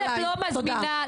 תודה.